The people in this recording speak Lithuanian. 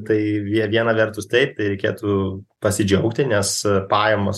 tai vie viena vertus taip tai reikėtų pasidžiaugti nes pajamos